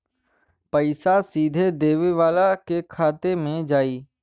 पइसा सीधे देवे वाले के खाते में जाई